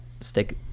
stick